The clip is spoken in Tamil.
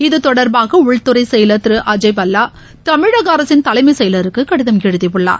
இத்தொடர்பாக உள்துறை செயலர் திரு அஜய் பல்லா தமிழக அரசின் தலைமைச் செயலருக்கு கடிதம் எழுதியுள்ளார்